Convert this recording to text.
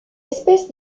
espèces